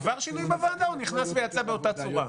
עבר שינויים בוועדה או נכנס ויצא באותה צורה?